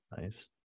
nice